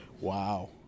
Wow